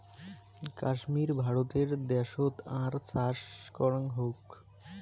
কাশ্মীর ভারতে দ্যাশোত আর চাষ করাং হউ